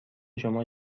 شما